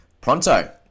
pronto